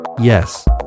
yes